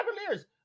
Cavaliers